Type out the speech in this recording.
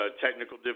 technical